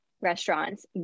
restaurants